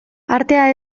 artea